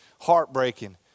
heartbreaking